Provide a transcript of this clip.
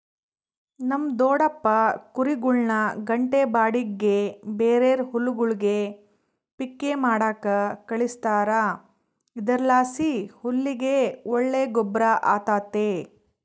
ನಮ್ ದೊಡಪ್ಪ ಕುರಿಗುಳ್ನ ಗಂಟೆ ಬಾಡಿಗ್ಗೆ ಬೇರೇರ್ ಹೊಲಗುಳ್ಗೆ ಪಿಕ್ಕೆ ಮಾಡಾಕ ಕಳಿಸ್ತಾರ ಇದರ್ಲಾಸಿ ಹುಲ್ಲಿಗೆ ಒಳ್ಳೆ ಗೊಬ್ರ ಆತತೆ